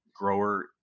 grower